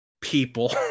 people